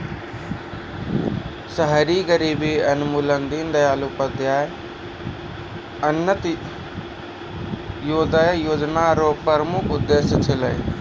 शहरी गरीबी उन्मूलन दीनदयाल उपाध्याय अन्त्योदय योजना र प्रमुख उद्देश्य छलै